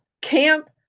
camp